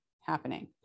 happening